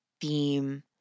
theme